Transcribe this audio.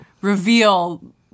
reveal